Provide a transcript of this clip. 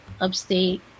Upstate